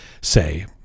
say